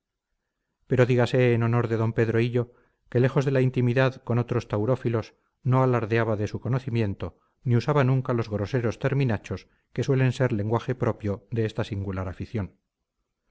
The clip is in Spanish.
pero dígase en honor de d pedro hillo que lejos de la intimidad con otros taurófilos no alardeaba de su conocimiento ni usaba nunca los groseros terminachos que suelen ser lenguaje propio de esta singular afición